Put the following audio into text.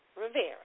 Rivera